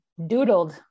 doodled